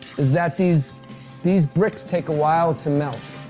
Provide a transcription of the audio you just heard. is that these these bricks take a while to melt.